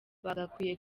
bagakwiye